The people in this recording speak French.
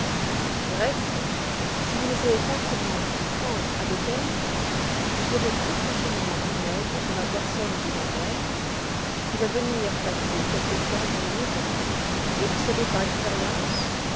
du reste si vous ne savez pas comment vous y prendre avec elle vous aurez très prochainement une aide dans la personne de ma mère qui va venir passer quelque temps dans ma maison et vous savez par expérience